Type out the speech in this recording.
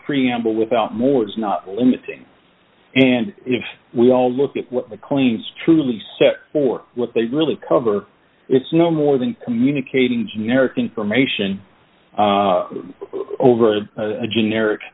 preamble without more is not limiting and if we all look at the coins truly set for what they really cover it's no more than communicating generic information over a generic